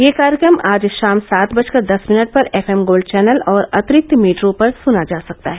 यह कार्यक्रम आज शाम सात बजकर दस मिनट पर एफ एम गोल्ड चैनल और अतिरिक्त मीटरों पर सुना जा सकता है